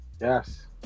yes